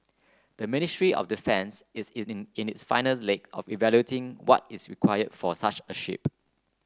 the ministry of defence is in the in the final leg of evaluating what is require for such a ship